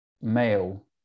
male